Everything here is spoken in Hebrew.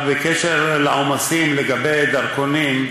בקשר לעומסים לגבי דרכונים,